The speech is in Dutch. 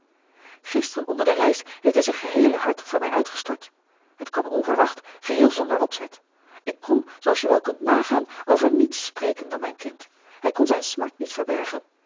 gisteren onder de reis heeft hij zijn geheele hart voor mij uitgestort het kwam onverwacht geheel zonder opzet ik kon zooals je wel kunt nagaan over niets spreken dan mijn kind hij kon zijn smart niet verbergen